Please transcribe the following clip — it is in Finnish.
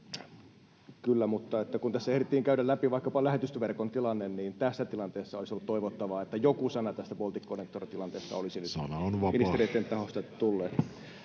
Kyllä. Mutta kun tässä ehdittiin käydä läpi vaikkapa lähetystöverkon tilanne, niin tässä tilanteessa olisi ollut toivottavaa, että joku sana tästä Balticconnector-tilanteesta olisi nyt [Puhemies: Sana